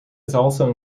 also